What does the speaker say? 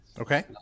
Okay